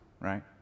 Right